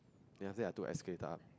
then after that I took escalator